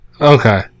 Okay